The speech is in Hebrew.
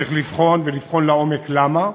צריך לבחון ולבחון לעומק למה,